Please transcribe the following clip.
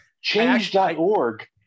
Change.org